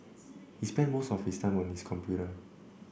he spent most of his time on his computer